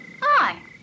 Hi